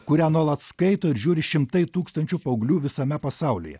kurią nuolat skaito ir žiūri šimtai tūkstančių paauglių visame pasaulyje